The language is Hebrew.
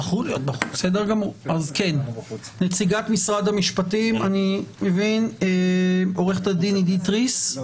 מישהו עוד מנציגי המשרדים המציעים לעניין הזה?